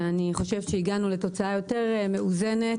אני חושבת שהגענו לתוצאה יותר מאוזנת,